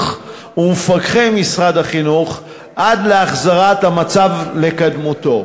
ומפקחי משרד החינוך עד להחזרת המצב לקדמותו,